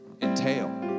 entail